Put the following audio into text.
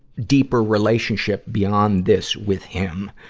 deeper relationship beyond this with him,